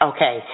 Okay